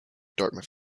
dartmouth